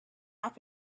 off